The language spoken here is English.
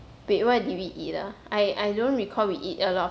wait why did we ah I I don't recall we eat a lot of